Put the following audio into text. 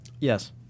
yes